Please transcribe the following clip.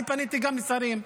אני פניתי גם לשרים,